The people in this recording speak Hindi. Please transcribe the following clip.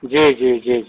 जी जी जी